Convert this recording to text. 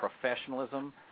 professionalism